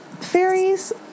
fairies